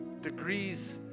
degrees